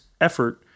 effort